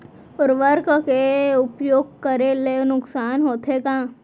उर्वरक के उपयोग करे ले नुकसान होथे का?